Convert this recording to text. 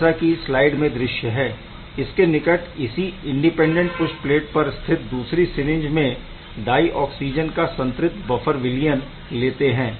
जैसा की स्लाइड में दृश्य है इसके निकट इसी इंडिपेनडेंट पुश प्लेट पर स्थित दूसरी सिरिंज में डाइ ऑक्सिजन का संतृप्त बफर विलयन लेते हैं